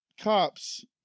cops